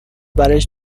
برایش